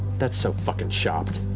that's so fucking shopped.